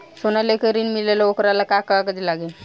सोना लेके ऋण मिलेला वोकरा ला का कागज लागी?